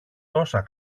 τόσα